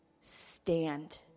stand